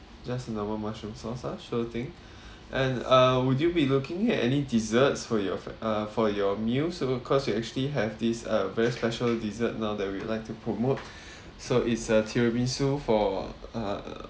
just normal mushroom sauce ah sure thing and uh would you be looking at any desserts for your uh for your meals so cause we actually have these uh very special dessert now that we like to promote so it's a tiramisu for uh